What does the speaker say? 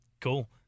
Cool